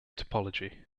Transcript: topology